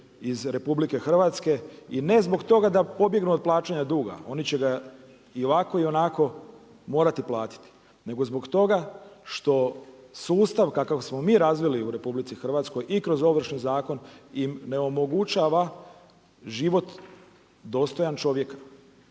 iz RH i ne zbog toga da pobjegnu od plaćanja duga, oni će ga i ovako i onako morati platiti, nego zbog toga što sustav kakav smo mi razvili u RH i kroz ovršni zakon im ne omogućava život dostojan čovjeku.